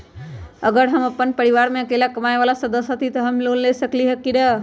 अगर हम अपन परिवार में अकेला कमाये वाला सदस्य हती त हम लोन ले सकेली की न?